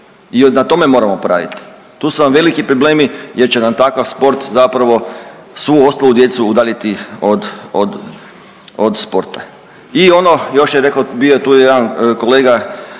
i na tome moramo poraditi. Tu su vam veliki problemi jer će nam takav sport zapravo svu ostalu djecu udaljiti od, od, od sporta. I ono još je rekao, bio je tu jedan kolega,